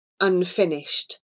Unfinished